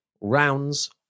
rounds